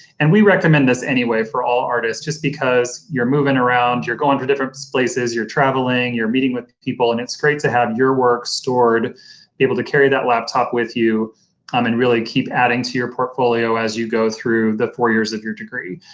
and we recommend this anyway for all artists just because you're moving around, you're going to different places, you're traveling, you're meeting with people, and it's great to have your work stored and able to carry that laptop with you um and really keep adding to your portfolio as you go through the four years of your degree.